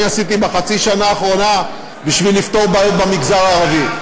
עשיתי בחצי השנה האחרונה בשביל לפתור בעיות במגזר הערבי.